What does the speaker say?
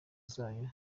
zayo